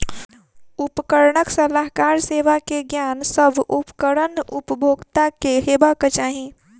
उपकरणक सलाहकार सेवा के ज्ञान, सभ उपकरण उपभोगता के हेबाक चाही